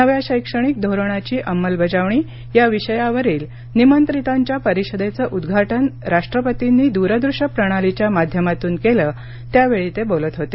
नव्या शैक्षणिक धोरणाची अंमलबजावणी या विषयावरील निमंत्रितांच्या परिषदेचं उद्घाटन राष्ट्रपतींनी दूरदृश्य प्रणालीच्या माध्यमातून केलं त्यावेळी ते बोलत होते